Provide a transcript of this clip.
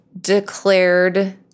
declared